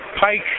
Pike